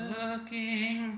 looking